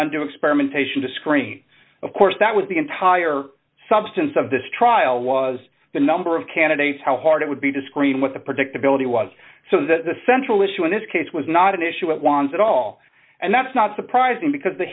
onto experimentation to screen of course that was the entire substance of this trial was the number of candidates how hard it would be to screen with the predictability was so the central issue in this case was not an issue it was at all and that's not surprising because the